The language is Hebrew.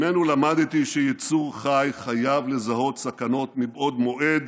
ממנו למדתי שיצור חי חייב לזהות סכנות מבעוד מועד